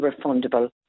refundable